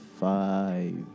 Five